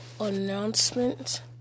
announcement